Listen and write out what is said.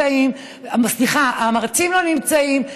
והמרצים לא נמצאים,